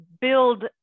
build